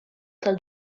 tal